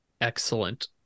Excellent